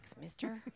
mister